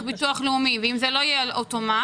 ביטוח לאומי ואם זה לא יהיה על אוטומט,